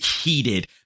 heated